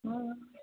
હમ